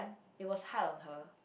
it was hard on her